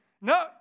No